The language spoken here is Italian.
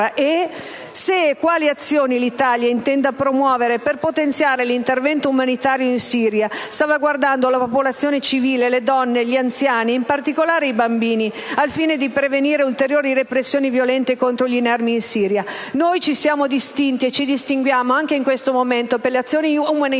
se e quali azioni l'Italia intenda promuovere per potenziare l'intervento umanitario in Siria, salvaguardando la popolazione civile, le donne, gli anziani e in particolare i bambini, al fine di prevenire ulteriori repressioni violente contro gli inermi in Siria. Noi ci siamo distinti e ci distinguiamo anche in questo momento per le azioni umanitarie